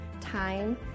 time